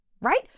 right